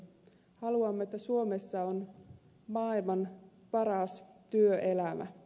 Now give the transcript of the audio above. haluamme että suomessa on maailman paras työelämä